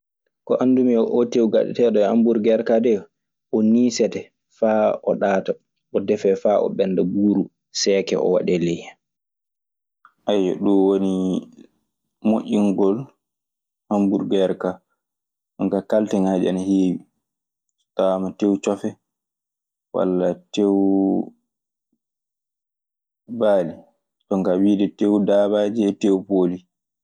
Ko anndumi e oo tew ngaɗeteeɗo e ley amburger kaa de, o niisete faa o ɗaata o deffee faa o ɓennda. Buuru seekee o waɗee ley hen. ɗun woni moƴƴingol amburgeer kaa. jonkaa kalteŋaaji ana heewi. Tawaama teew cofe, walla teew baali. jonkaa wiide teew daabaaji e teew pooli.